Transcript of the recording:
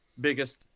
biggest